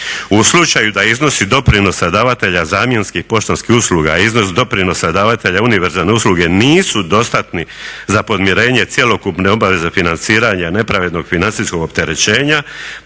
U slučaju da iznosi doprinosa davatelja zamjenskih poštanskih usluga i iznos doprinosa davatelja univerzalne usluge nisu dostatni za podmirenje cjelokupne obaveze financiranja nepravednog financijskog opterećenja